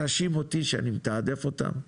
להאשים אותי שאני מתעדף אותם?